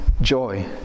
joy